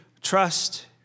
trust